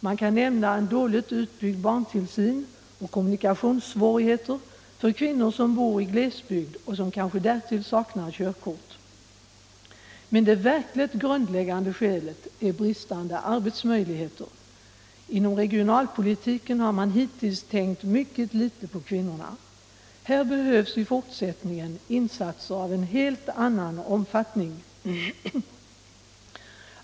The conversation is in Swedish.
Man kan nämna dåligt utbyggd barntillsyn och kommunikationssvårigheter för kvinnor som bor i glesbygd och som kanske därtill saknar körkort, men det verkligt grundläggande skälet är bristande arbetsmöjligheter. Inom regionalpolitiken har man hittills tänkt mycket litet på kvinnorna. Här behövs i fortsättningen insatser av en helt annan omfattning.